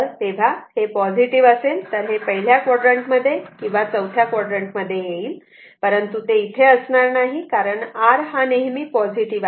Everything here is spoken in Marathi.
तेव्हा जर हे पॉझिटिव्ह असेल तर ते इथे या पहिल्या क्वाड्रण्ट मध्ये किंवा चौथ्या क्वाड्रण्ट मध्ये येईल परंतु ते इथे असणार नाही कारण हा R नेहमी पॉझिटिव्ह आहे